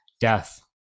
death